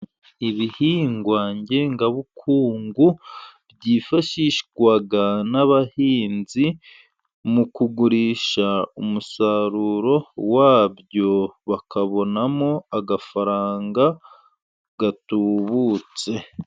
Ibihingwa ngengabukungu byifashishwa n'abahinzi ,mu kugurisha umusaruro wabyo ,bakabonamo agafaranga gatubutse.